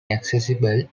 accessible